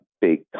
big